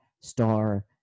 star